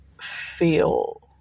feel